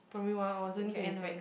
primary one I was only twenty seven